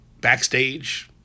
backstage